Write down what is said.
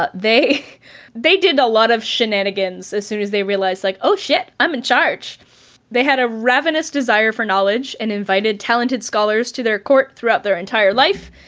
but they they did a lot of shenanigans as soon as they realized like, oh shit, i'm in charge they had a ravenous desire for knowledge and invited talented scholars to their court throughout their entire life,